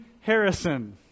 Harrison